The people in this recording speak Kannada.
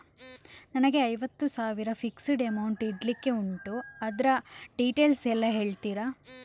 ನನಗೆ ಐವತ್ತು ಸಾವಿರ ಫಿಕ್ಸೆಡ್ ಅಮೌಂಟ್ ಇಡ್ಲಿಕ್ಕೆ ಉಂಟು ಅದ್ರ ಡೀಟೇಲ್ಸ್ ಎಲ್ಲಾ ಹೇಳ್ತೀರಾ?